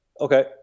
okay